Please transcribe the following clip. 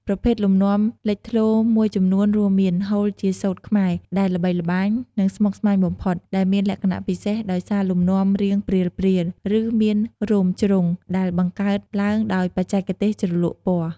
ប្រភេទលំនាំលេចធ្លោមួយចំនួនរួមមានហូលជាសូត្រខ្មែរដែលល្បីល្បាញ និងស្មុគស្មាញបំផុត ដែលមានលក្ខណៈពិសេសដោយសារលំនាំរាងព្រាលៗ ឬមានរោមជ្រុង ដែលបង្កើតឡើងដោយបច្ចេកទេសជ្រលក់ពណ៌។